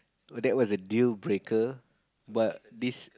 oh that was a dealmaker but this